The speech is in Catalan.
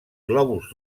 globus